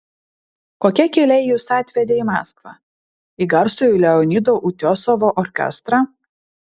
kokie keliai jus atvedė į maskvą į garsųjį leonido utiosovo orkestrą